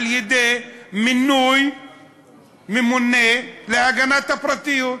על-ידי מינוי ממונה להגנת הפרטיות.